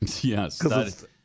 yes